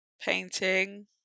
painting